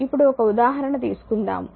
ఇప్పుడు ఒక ఉదాహరణ తీసుకుందాము